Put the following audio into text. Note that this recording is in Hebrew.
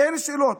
אין שאלות.